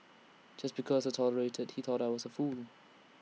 just because I tolerated he thought I was A fool